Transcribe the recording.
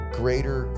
greater